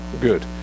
Good